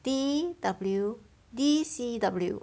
D_W D_C_W